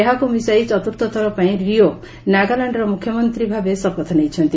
ଏହାକୁ ମିଶାଇ ଚତୁର୍ଥ ଥରପାଇଁ ରିଓ ନାଗାଲ୍ୟାଣ୍ଡର ମ୍ରଖ୍ୟମନ୍ତ୍ରୀ ଭାବେ ଶପଥ ନେଇଛନ୍ତି